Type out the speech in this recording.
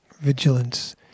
Vigilance